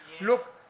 Look